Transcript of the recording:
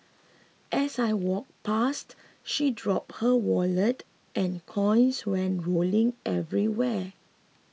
as I walked past she dropped her wallet and coins went rolling everywhere